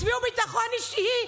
הצביעו ביטחון אישי,